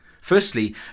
Firstly